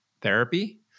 therapy